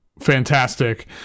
fantastic